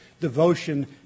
devotion